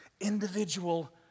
individual